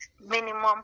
minimum